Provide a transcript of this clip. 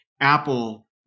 Apple